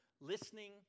listening